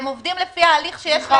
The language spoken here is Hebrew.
הם עובדים לפי ההליך שיש להם בממשלה.